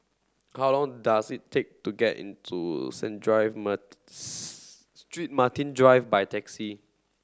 how long does it take to get into Saint Drive Street Martin Drive by taxi